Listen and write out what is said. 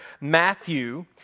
Matthew